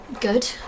Good